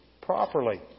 properly